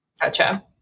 Gotcha